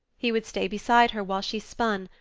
he would stay beside her while she spun,